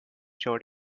showed